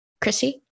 Chrissy